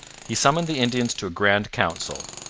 he summoned the indians to a grand council.